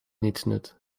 nietsnut